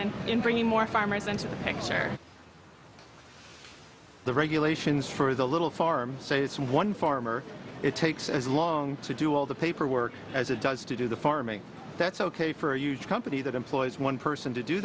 and in bringing more farmers into the picture the regulations for the little farm say it's one farmer it takes as long to do all the paperwork as it does to do the farming that's ok for a huge company that employs one person to do